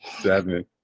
seven